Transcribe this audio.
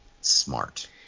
smart